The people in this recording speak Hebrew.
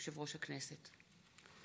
יושב-ראש הכנסת.